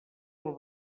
del